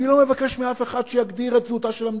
אני לא מבקש מאף אחד שיגדיר את זהותה של המדינה.